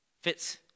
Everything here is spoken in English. Fits